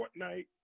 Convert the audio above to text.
Fortnite